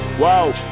Whoa